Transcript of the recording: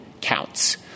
counts